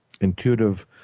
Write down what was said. intuitive